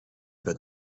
bent